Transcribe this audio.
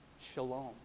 shalom